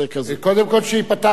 וקודם כול שייפתח החוף,